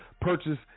purchase